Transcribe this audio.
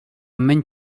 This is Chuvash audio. мӗн